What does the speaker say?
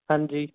ਹਾਂਜੀ